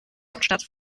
hauptstadt